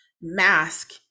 mask